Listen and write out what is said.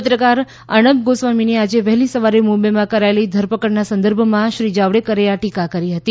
પત્રકાર અર્ણબ ગોસ્વામીની આજે વહેલી સવારે મુંબઈમાં કરાયેલી ધરપકડના સંદર્ભમાં શ્રી જાવડેકરે આ ટીકા કરી હતી